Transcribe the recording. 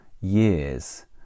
years